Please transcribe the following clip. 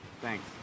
Thanks